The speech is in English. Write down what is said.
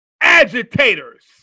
agitators